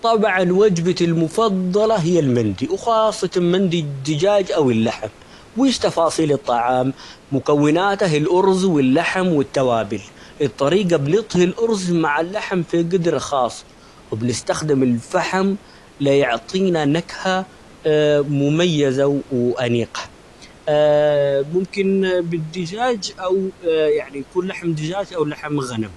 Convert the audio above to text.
طبعًا وجبتي المفضلة هي المندي ، وخاصة مندي الدجاج، أو اللحم ،وايش تفاصيل الطعام؟ مكوناته الأرز ،واللحم ،والتوابل، الطريقة بنطهي الأرز مع اللحم في قدر خاص ،وبنستخدم الفحم ليعطينا نكهه مميزة -و-وأنيقة ممكن بالدجاج أو يعني يكون لحم دجاج ،أو لحم غنم.